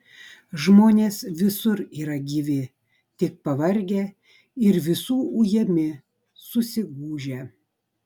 žmonės visur yra gyvi tik pavargę ir visų ujami susigūžę